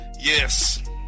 Yes